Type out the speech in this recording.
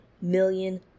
million